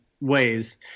ways